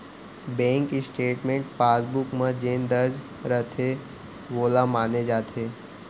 bank statement passbook म जेन दर्ज रथे वोला माने जाथे